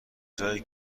جایی